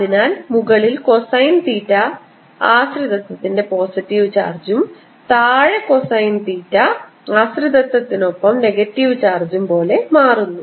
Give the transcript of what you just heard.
അതിനാൽമുകളിൽ ഇത് cosine theta ആശ്രിതത്വത്തിന്റെ positive ചാർജും താഴെ കോസൈൻ തീറ്റ ആശ്രിതത്വത്തിനൊപ്പം നെഗറ്റീവ് ചാർജും പോലെ മാറുന്നു